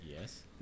Yes